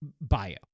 bio